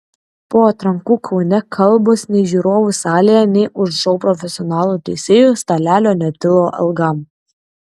po atrankų kaune kalbos nei žiūrovų salėje nei už šou profesionalų teisėjų stalelio netilo ilgam